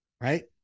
right